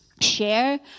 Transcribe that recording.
share